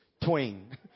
Twain